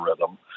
rhythm